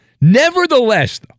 Nevertheless